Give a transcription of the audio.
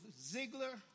Ziegler